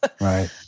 Right